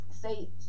say